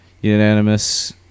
unanimous